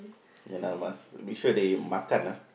ya lah must be sure they makan ah